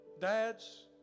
dads